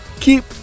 keep